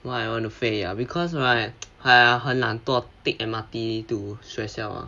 why I want to 飞 ah because right !aiya! 很懒惰 take M_R_T to 学校 ah